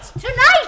tonight